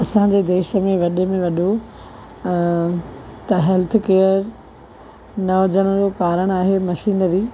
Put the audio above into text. असांजे देश में वॾे में वॾो त हेल्थकेर न हुजण जो कारणु आहे मशीनरी